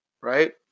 right